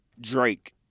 Drake